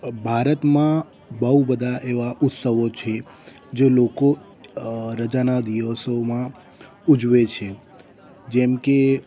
ભારતમાં બહુ બધાં એવાં ઉત્સવો છે જો લોકો રજાના દિવસોમાં ઉજવે છે જેમ કે